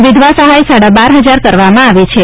વિધવા સહાય સાડા બાર હજાર કરવામાં આવી છે